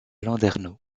landerneau